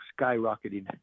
skyrocketing